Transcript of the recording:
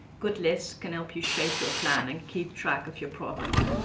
good lists can help you shape your plan, and keep track of your progress.